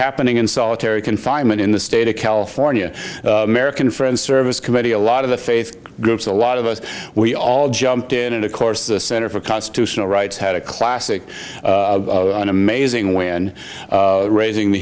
happening in solitary confinement in the state of california american friends service committee a lot of the faith groups a lot of us we all jumped in and of course the center for constitutional rights had a classic an amazing when raising the